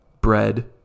Bread